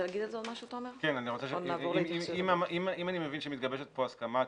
אם אני מבין שמתגבשת פה הסכמה,